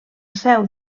seu